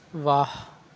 واہ